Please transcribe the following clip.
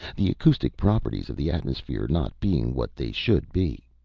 the acoustic properties of the atmosphere not being what they should be.